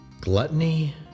gluttony